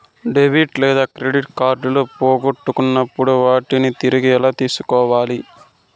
debit లేదా credit కార్డులు పోగొట్టుకున్నప్పుడు వాటిని తిరిగి ఎలా తీసుకోవాలి